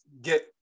get